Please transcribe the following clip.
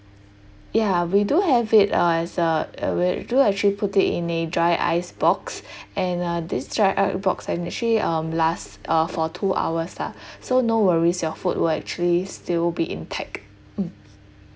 ya we do have it uh as a uh we do actually put it in a dry ice box and uh this dry ice box can actually um last uh for two hours lah so no worries your food will actually still be intact mm